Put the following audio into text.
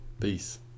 Peace